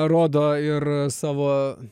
rodo ir savo